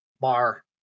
bar